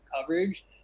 coverage